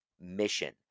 mission